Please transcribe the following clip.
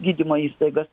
gydymo įstaigas